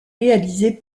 réalisées